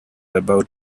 about